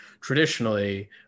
traditionally